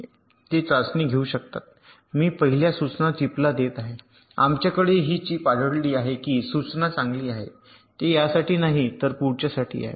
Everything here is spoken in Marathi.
ते चाचणी घेऊ शकतात मी पहिल्या सूचना चिपला देत आहे आमच्याकडे ही चिप आढळली आहे की ही सूचना चांगली आहे ते यासाठी नाही तर पुढच्यासाठी आहे